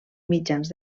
mitjans